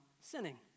sinning